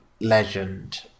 Legend